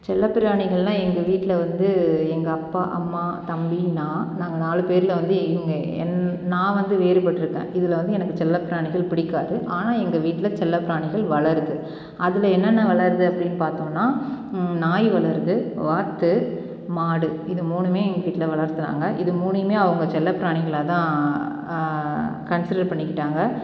செல்லப்பிராணிகள்னால் எங்கள் வீட்டில் வந்து எங்கள் அப்பா அம்மா தம்பி நான் நாங்கள் நாலுப் பேரில் வந்து எங்கள் என் நான் வந்து வேறுபட்டிருக்கேன் இதில் வந்து எனக்கு செல்லப்பிராணிகள் பிடிக்காது ஆனால் எங்கள் வீட்டில் செல்லப்பிராணிகள் வளருது அதில் என்னென்ன வளருது அப்படின்னு பார்த்தோன்னா நாய் வளருது வாத்து மாடு இது மூணுமே எங்கள் வீட்டில் வளர்த்துகிறாங்க இது மூணையுமே அவங்க செல்லப்பிராணிகளாக தான் கன்சிடர் பண்ணிக்கிட்டாங்க